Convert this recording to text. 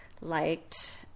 liked